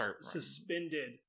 suspended